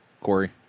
Corey